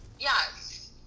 Yes